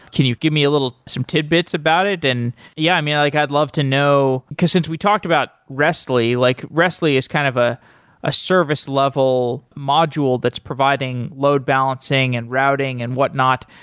can you give me a little some tidbits about it? i and yeah mean, like i'd love to know, because since we talked about rest li, like rest li is kind of ah a service level module that's providing load balancing and routing and whatnot.